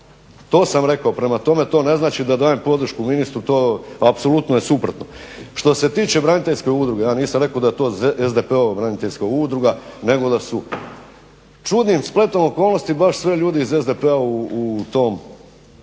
To sam rekao, prema tome, to ne znači da dajem podršku ministru, to apsolutno je suprotno. Što se tiče braniteljske udruge, ja nisam rekao da je to SDP-ova braniteljska udruga nego da su čudnim spletom okolnosti baš svi ljudi iz SDP-a u tom